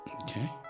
Okay